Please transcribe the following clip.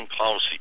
policy